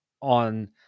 on